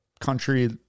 country